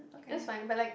yes fine but it like